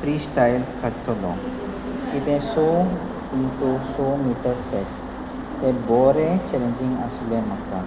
free style खाततलो कितें सो टू सो मिटर सेट ते बोरें चॅलेंजींग आशिल्लें म्हाका